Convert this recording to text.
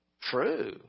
True